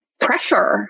pressure